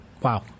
Wow